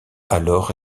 alors